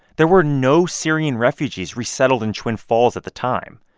there were no syrian refugees resettled in twin falls at the time.